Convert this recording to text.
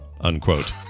unquote